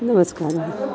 नमस्कारः